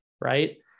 right